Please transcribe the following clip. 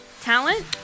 talent